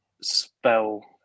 Spell